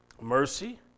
Mercy